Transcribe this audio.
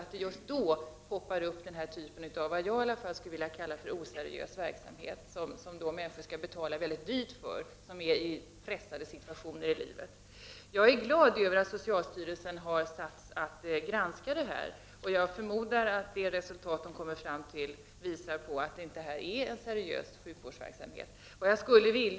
Och just i detta läge dyker denna verksamhet upp, som åtminstone jag skulle vilja kalla oseriös, och som människor som kanske känner sig pressade dessutom får betala mycket pengar för. Jag är glad över att socialstyrelsen har fått i uppdrag att granska denna verksamhet. Och jag förmodar att det resultat som socialstyrelsen kommer fram till visar att denna sjukvårdsverksamhet inte är seriös.